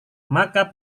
maka